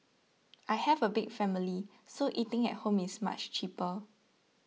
I have a big family so eating at home is much cheaper